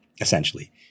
essentially